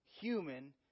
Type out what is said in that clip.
human